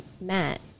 Matt